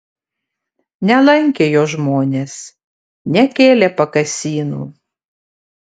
nelankė jo žmonės nekėlė pakasynų